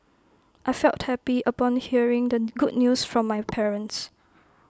I felt happy upon hearing the good news from my parents